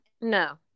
No